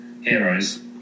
heroes